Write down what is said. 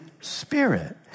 Spirit